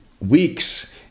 weeks